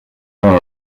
her